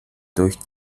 durch